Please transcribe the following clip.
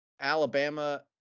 Alabama